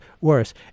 worse